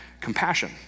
compassion